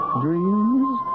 dreams